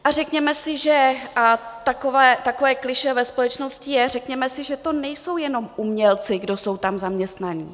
A řekněme si, že takové klišé ve společnosti je řekněme si, že to nejsou jenom umělci, kdo jsou tam zaměstnaní.